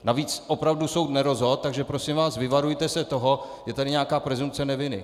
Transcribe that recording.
Navíc opravdu soud nerozhodl, tak prosím vás, vyvarujte se toho, je tady nějaká presumpce neviny.